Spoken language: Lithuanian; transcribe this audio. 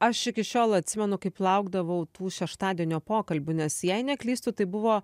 aš iki šiol atsimenu kaip laukdavau tų šeštadienio pokalbių nes jei neklystu tai buvo